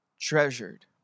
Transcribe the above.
treasured